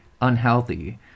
unhealthy